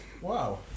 Wow